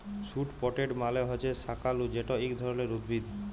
sweet potato মালে হছে শাঁকালু যেট ইক ধরলের উদ্ভিদ